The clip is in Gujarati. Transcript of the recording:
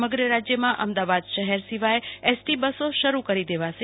સમગ્ર રાજ્યમાં અમદાવાદ શહેર સિવાય એસ તી બસો શરુ કરી દેવાશે